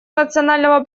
национального